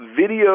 Video